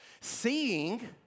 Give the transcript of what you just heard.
Seeing